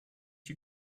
you